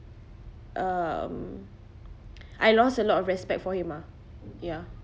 um I lost a lot of respect for him ah ya